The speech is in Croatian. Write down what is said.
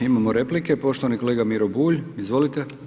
Imamo replike, poštovani kolega Miro Bulj, izvolite.